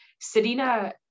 Serena